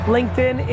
LinkedIn